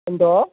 എന്തോ